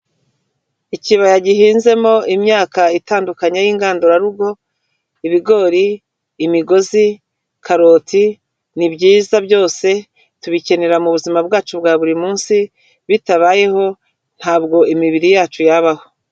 Ikibaya gihinzemo imyaka itandukanye y'ingandurarugo, ibigori, imigozi, karoti. Ni byiza byose tubikenera mu buzima bwacu bwa buri munsi. Bitabayeho ntabwo imibiri yacu yabaho.